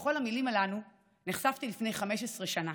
לכל המילים הללו נחשפתי לפני 15 שנה,